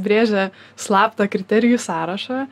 brėžia slaptą kriterijų sąrašą